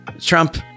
Trump